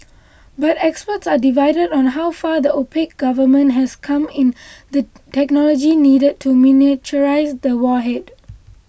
but experts are divided on how far the opaque government has come in the technology needed to miniaturise the warhead